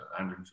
150